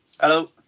Hello